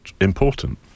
important